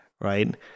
Right